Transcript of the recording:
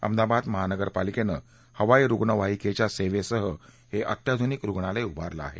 अहमदाबाद महानगरपालिकेनं हवाई रुग्णवाहिकेच्या सेवेसह हे अत्याधुनिक रुग्णालय उभारलं आहे